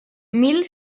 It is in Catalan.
mil